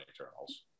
Eternals